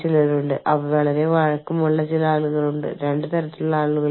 അനുയോജ്യമായ തൊഴിൽ എടുക്കാം അനുയോജ്യമായ ജീവനക്കാരെ ഏത് രാജ്യത്തുനിന്നും എടുക്കാം